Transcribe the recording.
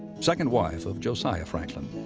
second wife of josiah franklin.